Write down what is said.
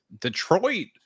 Detroit